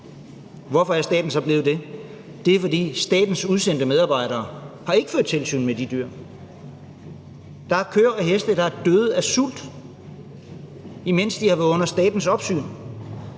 Hvorfor er staten så blevet det? Det er, fordi statens udsendte medarbejdere ikke har ført tilsyn med de dyr. Der er køer og heste, der er døde af sult, imens de har været under statens opsyn.